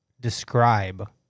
describe